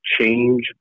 change